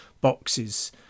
boxes